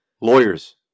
Lawyers